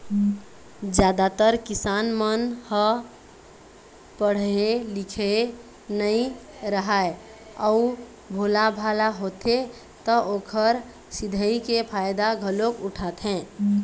जादातर किसान मन ह पड़हे लिखे नइ राहय अउ भोलाभाला होथे त ओखर सिधई के फायदा घलोक उठाथें